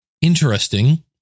interesting